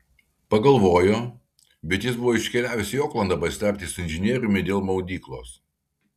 pagalvojo bet jis buvo iškeliavęs į oklandą pasitarti su inžinieriumi dėl maudyklos